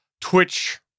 twitch